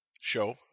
show